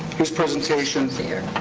his presentation.